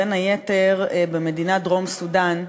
בין היתר במדינת דרום-סודאן.